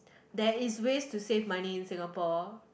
there is ways to save money in Singapore